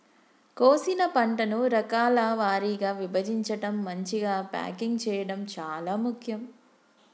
కోసిన పంటను రకాల వారీగా విభజించడం, మంచిగ ప్యాకింగ్ చేయడం చాలా ముఖ్యం